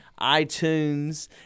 iTunes